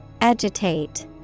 Agitate